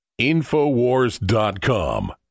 InfoWars.com